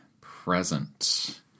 Present